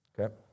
okay